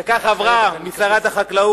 וככה עברה להיות שרת החקלאות,